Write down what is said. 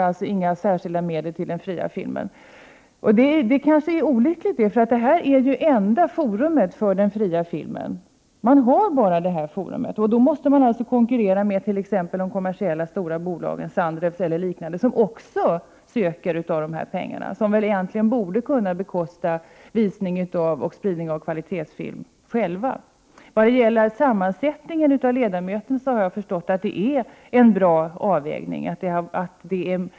Några särskilda medel till den s.k. fria filmen är inte avsatta, säger han. Det är kanske olyckligt, därför att den nya Visningsnämnden är ju enda forum för den fria filmen. Man måste konkurrera med de kommersiella stora bolagen, t.ex. Sandrews, som också söker de nämnda bidragen. Dessa bolag borde egentligen kunna bekosta visning och spridning av kvalitetsfilm själva. Jag har förstått att sammansättningen av ledamöter i Visningsnämnden är väl avvägd.